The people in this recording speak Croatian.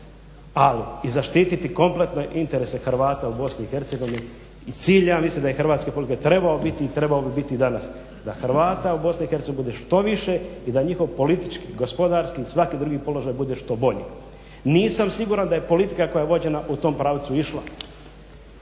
Ali, i zaštiti kompletne interese Hrvata u Bosni i Hercegovini i cilja, mislim da je hrvatske …/Govornik se ne razumije./… trebao biti i trebao se biti i danas. Da Hrvata u Bosni i Hercegovini bude što više i da njihov politički, gospodarski i svaki drugi položaj bude što bolje. Nisam siguran da je politika koja je vođena u tom pravcu išla,